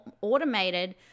automated